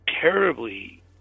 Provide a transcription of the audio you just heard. terribly